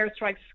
airstrikes